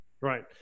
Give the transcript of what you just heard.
Right